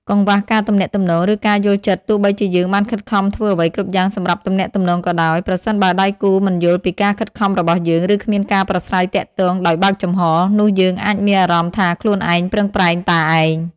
កង្វះការទំនាក់ទំនង ឬការយល់ចិត្តទោះបីជាយើងបានខិតខំធ្វើអ្វីគ្រប់យ៉ាងសម្រាប់ទំនាក់ទំនងក៏ដោយ ប្រសិនបើដៃគូមិនយល់ពីការខិតខំរបស់យើង ឬគ្មានការប្រាស្រ័យទាក់ទងដោយបើកចំហ នោះយើងអាចមានអារម្មណ៍ថាខ្លួនឯងប្រឹងប្រែងតែឯង។